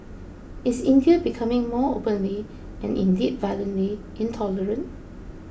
is India becoming more openly and indeed violently intolerant